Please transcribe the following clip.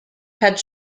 had